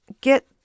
get